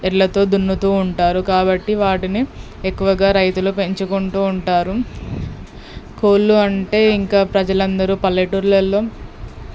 ఎడ్లతో దున్నుతూ ఉంటారు కాబట్టి వాటిని ఎక్కువగా రైతులు పెంచుకుంటూ ఉంటారు కోళ్ళు అంటే ఇంక ప్రజలందరూ పల్లెటూర్లల్లో